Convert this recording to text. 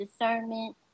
discernment